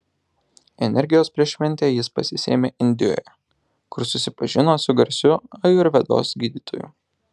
energijos prieš šventę jis pasisėmė indijoje kur susipažino su garsiu ajurvedos gydytoju